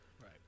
Right